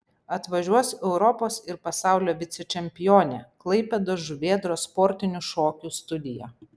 atvažiuos europos ir pasaulio vicečempionė klaipėdos žuvėdros sportinių šokių studija